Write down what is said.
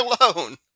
alone